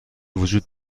وجود